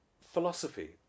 philosophy